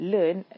Learn